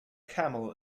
camel